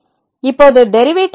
இப்போது டெரிவேட்டிவ் என்ன